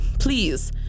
please